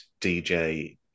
DJ